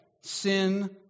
sin